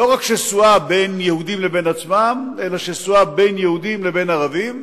שלא רק שסועה בין יהודים לבין עצמם אלא שסועה בין יהודים לבין ערבים,